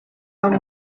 امر